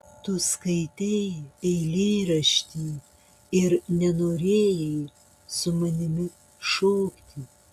tu skaitei eilėraštį ir nenorėjai su manimi šokti